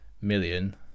million